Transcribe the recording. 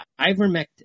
ivermectin